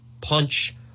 punch